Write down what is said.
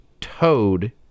Toad